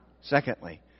Secondly